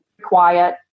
quiet